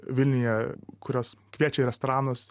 vilniuje kurios kviečia į restoranus